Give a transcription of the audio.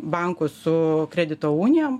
bankų su kredito unijom